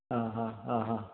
ആ ഹ ആ ഹ